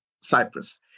Cyprus